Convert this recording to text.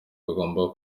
bigomba